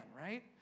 right